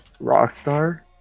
Rockstar